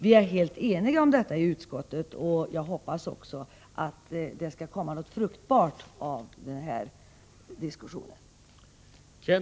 Vi är helt eniga om detta i utskottet, och jag hoppas att det också skall komma något fruktbart av denna diskussion.